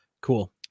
cool